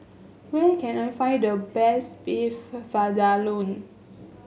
where can I find the best Beef Vindaloo